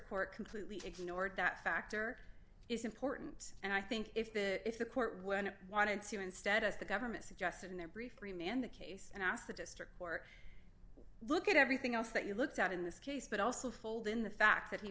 court completely ignored that factor is important and i think if the if the court when it wanted to instead as the government suggested in their brief three man the case and ask the district court look at everything else that you looked at in this case but also fold in the fact that he